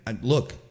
Look